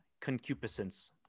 concupiscence